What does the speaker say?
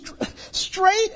straight